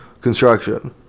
Construction